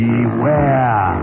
Beware